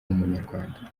umunyarwanda